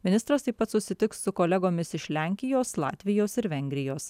ministras taip pat susitiks su kolegomis iš lenkijos latvijos ir vengrijos